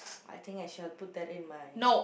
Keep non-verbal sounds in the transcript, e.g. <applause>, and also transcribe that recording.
I think I shall put that in my <noise>